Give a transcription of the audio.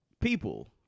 people